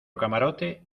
camarote